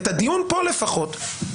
בדיון פה לפחות,